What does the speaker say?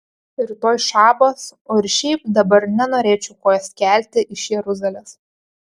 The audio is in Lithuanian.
rytoj šabas o ir šiaip dabar nenorėčiau kojos kelti iš jeruzalės